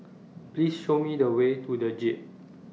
Please Show Me The Way to The Jade